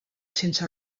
sense